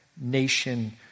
nation